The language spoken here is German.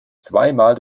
zweimal